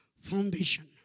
foundation